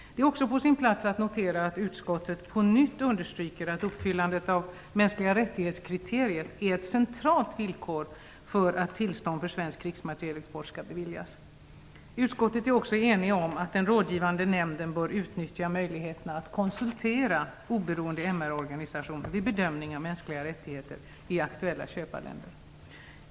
Det är också på sin plats att notera att utskottet på nytt understryker att uppfyllandet av mänskliga-rättighets-kriteriet är ett centralt villkor för att tillstånd för svensk krigsmaterielexport skall beviljas. Utskottet är också enigt om att den rådgivande nämnden bör utnyttja möjligheten att konsultera oberoende MR organisationer vid bedömningen av mänskliga rättigheter i aktuella köparländer.